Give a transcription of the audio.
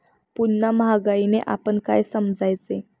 पुन्हा महागाईने आपण काय समजायचे?